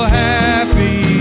happy